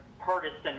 partisan